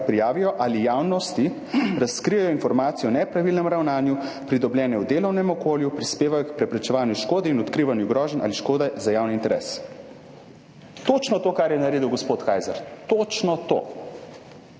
prijavijo ali (javnosti) razkrijejo informacije o nepravilnem ravnanju, pridobljene v delovnem okolju, prispevajo k preprečevanju škode in odkrivanju groženj ali škode za javni interes.« Točno to, kar je naredil gospod Kajzer. Točno to!